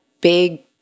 big